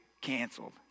canceled